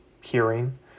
hearing